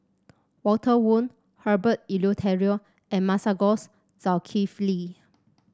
Walter Woon Herbert Eleuterio and Masagos Zulkifli